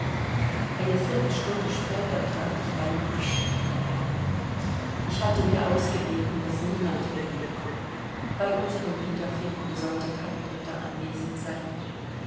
eine viertelstunde später trat ich bei ihm ein allein ich hatte mir ausgebeten daß niemand mit mir komme bei unserem wiederfinden sollte kein dritter anwesend sein